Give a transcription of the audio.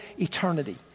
eternity